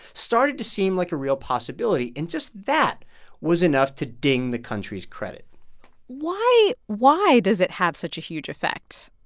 started to seem like a real possibility. and just that was enough to ding the country's credit why why does it have such a huge effect?